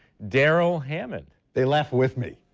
darryl hammond. they laugh with me.